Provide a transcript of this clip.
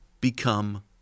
become